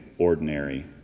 Ordinary